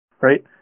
right